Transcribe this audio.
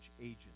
agent